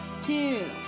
two